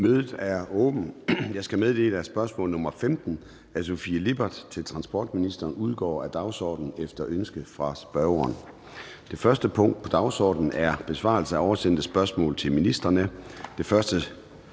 Mødet er åbnet. Jeg skal meddele, at spørgsmål nr. 15 (S 210) af Sofie Lippert (SF) til transportministeren udgår af dagsordenen efter ønske fra spørgeren. --- Det første punkt på dagsordenen er: 1) Besvarelse af oversendte spørgsmål til ministrene